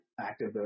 active